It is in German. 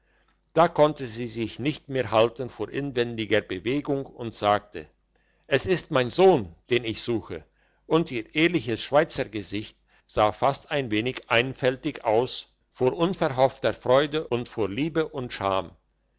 da konnte sie sich nicht mehr halten vor inwendiger bewegung und sagte es ist mein sohn den ich suche und ihr ehrliches schweizergesicht sah fast ein wenig einfältig aus vor unverhoffter freude und vor liebe und scham